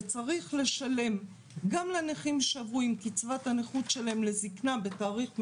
וצריך לשלם גם לנכים שעברו עם קצבת הנכות שלהם לזקנה בתאריך מסוים,